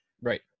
Right